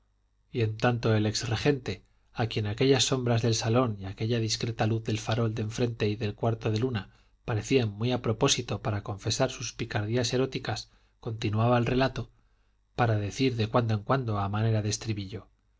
y en tanto el ex regente a quien aquellas sombras del salón y aquella discreta luz del farol de enfrente y del cuarto de luna parecían muy a propósito para confesar sus picardías eróticas continuaba el relato para decir de cuando en cuando a manera de estribillo